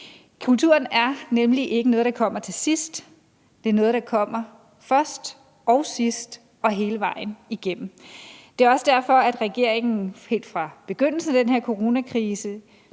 Kulturen er nemlig ikke noget, der kommer til sidst. Det er noget, der kommer først og sidst og hele vejen igennem. Det er også derfor, at regeringen helt fra begyndelsen af den her coronakrise